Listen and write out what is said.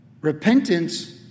repentance